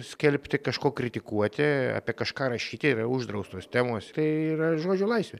skelbti kažko kritikuoti apie kažką rašyti yra uždraustos temos tai yra žodžio laisvė